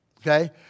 Okay